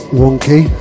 wonky